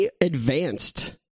advanced